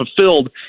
fulfilled